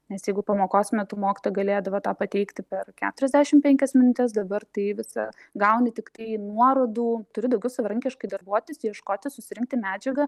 nes jeigu pamokos metu mokytoja galėdavo tą pateikti per keturiasdešim penkias minutes dabar tai visa gauni tiktai nuorodų turi daugiau savarankiškai darbuotis ieškoti susirinkti medžiagą